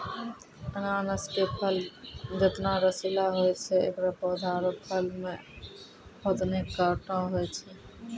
अनानस के फल जतना रसीला होय छै एकरो पौधा आरो फल मॅ होतने कांटो होय छै